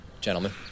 Gentlemen